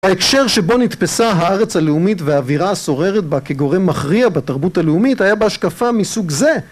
בהקשר שבו נתפסה הארץ הלאומית והאווירה הסוררת בה כגורם מכריע בתרבות הלאומית היה בה השקפה מסוג זה